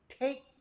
take